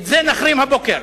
את זה נחרים הבוקר.